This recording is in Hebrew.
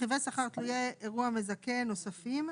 רכיבי שכר תלויי אירוע מזכה נוספים.